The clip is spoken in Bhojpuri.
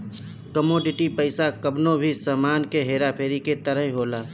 कमोडिटी पईसा कवनो भी सामान के हेरा फेरी के तरही होला